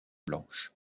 blanches